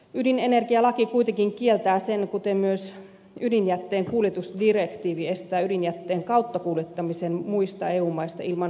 ydinenergialaki kuitenkin kieltää sen kuten myös ydinjätteen kuljetusdirektiivi estää ydinjätteen kauttakuljettamisen muista eu maista ilman suomen suostumusta